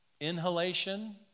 Inhalation